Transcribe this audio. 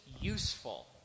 useful